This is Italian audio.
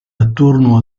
attorno